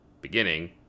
beginning